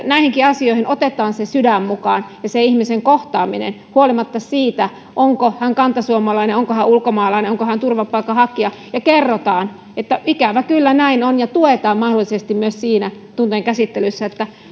näihinkin asioihin se sydän mukaan ja se ihmisen kohtaaminen huolimatta siitä onko hän kantasuomalainen onko hän ulkomaalainen onko hän turvapaikanhakija ja kerrotaan että ikävä kyllä näin on ja tuetaan mahdollisesti myös siinä tunteen käsittelyssä